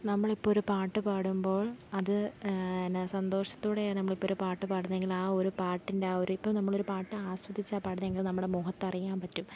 നമ്മളിപ്പോൾ ഒരു പാട്ടു പാടുമ്പോൾ അത് എന്നാ സന്തോഷത്തോടെയാണ് നമ്മളിപ്പം ഒരു പാട്ടു പാടുന്നെങ്കിൽ ആ ഒരു പാട്ടിൻ്റെ ആ ഒരു ഇപ്പം നമ്മളൊരു പാട്ടാസ്വദിച്ചാണ് പാടുന്നെങ്കിൽ നമ്മുടെ മുഖത്തറിയാൻ പറ്റും